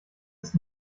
ist